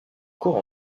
cours